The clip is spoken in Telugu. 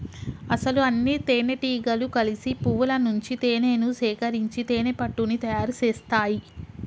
అసలు అన్నితేనెటీగలు కలిసి పువ్వుల నుంచి తేనేను సేకరించి తేనెపట్టుని తయారు సేస్తాయి